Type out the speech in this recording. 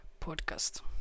podcast